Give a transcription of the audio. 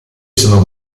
sono